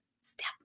step